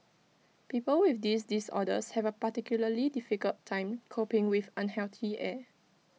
people with these disorders have A particularly difficult time coping with unhealthy air